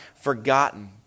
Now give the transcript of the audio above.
forgotten